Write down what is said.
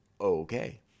Okay